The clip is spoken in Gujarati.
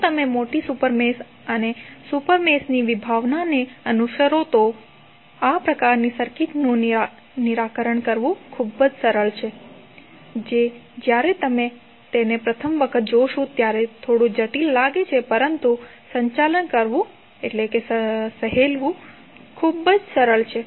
જો તમે મોટી સુપર મેશ અને સુપર મેશની વિભાવનાને અનુસરો છો તો આ પ્રકારની સર્કિટનું નિરાકરણ કરવું ખૂબ જ સરળ છે જે જ્યારે તમે તેમને પ્રથમ વખત જોશો ત્યારે થોડુ જટિલ લાગે છે પરંતુ તેનું સંચાલન કરવું ખૂબ જ સરળ છે